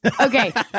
Okay